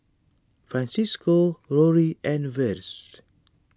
Francisco Rory and Versie